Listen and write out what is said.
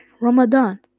ramadan